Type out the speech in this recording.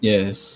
Yes